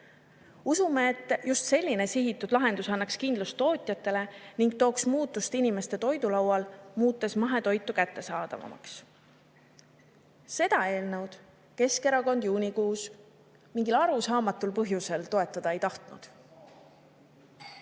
Usume, et just selline sihitud lahendus annaks kindlust tootjatele ning tooks muutust inimeste toidulaual, muutes mahetoidu kättesaadavamaks. Seda eelnõu Keskerakond juunikuus mingil arusaamatul põhjusel toetada ei